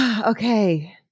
Okay